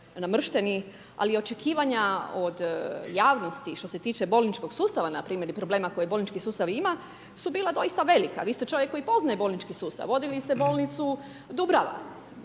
ali očekivanja od javnosti što se tiče bolničkog sustava npr. i problema koji bolnički sustav ima su bila doista velika, vi ste čovjek koji poznaje bolnički sustav, vodili ste bolnicu Dubrava,